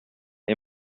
est